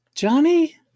Johnny